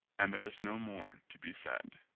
and there is no more to be said.